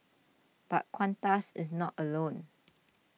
but Qantas is not alone